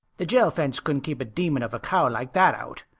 the jail fence couldn't keep a demon of a cow like that out.